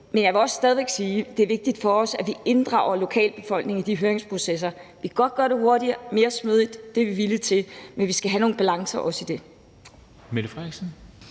Men jeg vil stadig væk også sige, at det er vigtigt for os, at vi inddrager lokalbefolkningen i de høringsprocesser. Vi kan godt gøre det hurtigere, mere smidigt – det er vi villige til – men vi skal også have nogle balancer i det.